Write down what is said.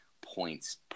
points